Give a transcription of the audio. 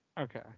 Okay